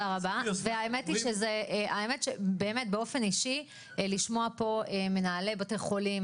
האמת שבאופן אישי לשמוע פה את מנהלי בתי החולים,